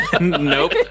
Nope